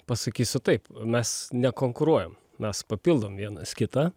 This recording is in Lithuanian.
pasakysiu taip mes nekonkuruojam mes papildom vienas kitą